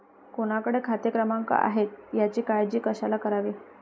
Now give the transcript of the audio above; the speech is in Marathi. कोणाकडे खाते क्रमांक आहेत याची काळजी कशाला करावी